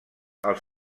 els